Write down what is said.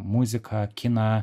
muziką kiną